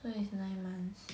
so is nine months